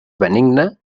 benigna